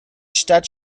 stadt